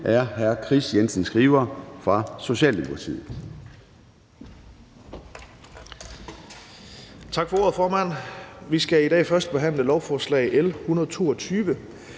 til hr. Kris Jensen Skriver fra Socialdemokratiet.